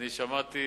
שמעתי